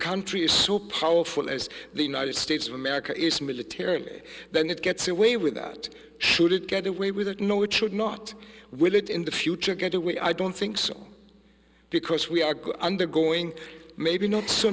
country is so powerful as the united states of america its military then it gets away with that should it get away with it no it should not will it in the future get away i don't think so because we are undergoing maybe not so